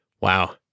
Wow